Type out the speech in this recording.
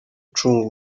ucunga